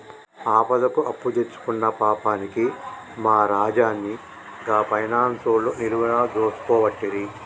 ఆపదకు అప్పుదెచ్చుకున్న పాపానికి మా రాజన్ని గా పైనాన్సోళ్లు నిలువున దోసుకోవట్టిరి